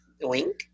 Wink